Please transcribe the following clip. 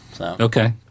Okay